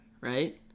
right